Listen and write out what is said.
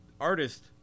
artist